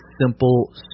simple